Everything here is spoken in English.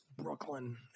Brooklyn